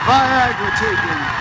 Viagra-taking